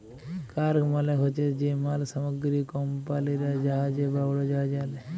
cargo মালে হছে যে মাল সামগ্রী কমপালিরা জাহাজে বা উড়োজাহাজে আলে